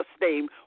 name